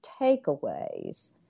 takeaways